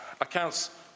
Accounts